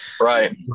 Right